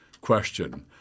question